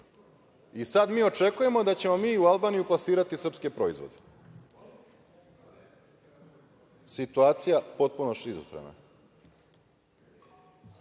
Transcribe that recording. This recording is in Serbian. I sada mi očekujemo da ćemo mi u Albaniju plasirati srpske proizvode. Situacija potpuno šizofrena. Čuli